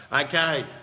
Okay